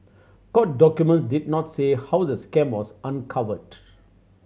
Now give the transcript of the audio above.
court documents did not say how the scam was uncovered